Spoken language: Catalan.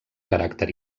caràcter